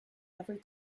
every